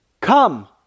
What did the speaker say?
Come